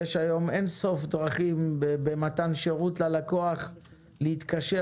יש היום אין-ספור דרכים במתן שירות ללקוח להתקשר.